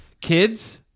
Kids